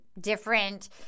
different